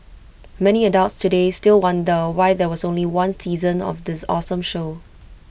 many adults today still wonder why there was only one season of this awesome show